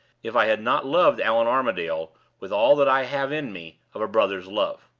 if i had not loved allan armadale with all that i have in me of a brother's love.